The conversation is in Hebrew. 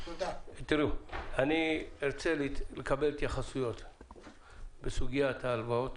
אני רוצה לקבל התייחסות בסוגיית ההלוואות,